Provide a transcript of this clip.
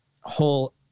whole